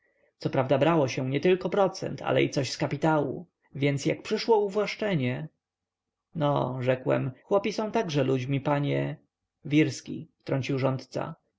rzecki coprawda brało się nietylko procent ale i coś z kapitału więc jak przyszło uwłaszczenie no rzekłem chłopi są także ludźmi panie wirski wtrącił rządca